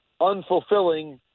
unfulfilling